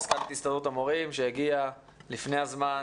מזכ"לית הסתדרות המורים שהגיעה לפני הזמן,